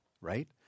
right